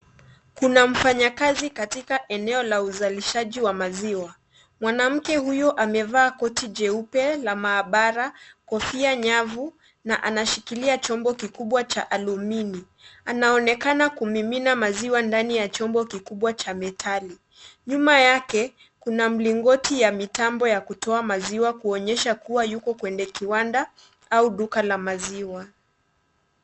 Kuna mfanyakazi katika eneo la uzalishaji wa maziwa. Mwanamke huyo amevaa koti jeupe la maabara, kofia nyavu na anashikilia chombo kikubwa cha alumini. Anaonekana kumimina maziwa ndani ya chombo kikubwa cha metali. Nyuma yake kuna mlingoti ya mitambo ya kutoa maziwa kuonyesha kuwa yuko kwenye kiwanda au duka la maziwa.